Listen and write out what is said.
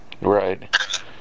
right